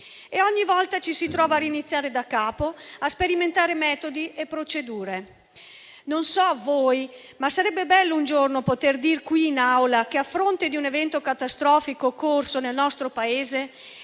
E ogni volta ci si trova a iniziare da capo, a sperimentare metodi e procedure. Non so voi, ma per me sarebbe bello un giorno poter dire qui in Aula che, a fronte di un evento catastrofico occorso nel nostro Paese,